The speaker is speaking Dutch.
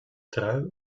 trui